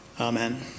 Amen